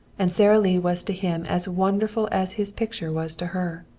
and sara lee was to him as wonderful as his picture was to her.